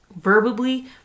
verbally